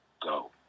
go